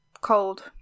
Cold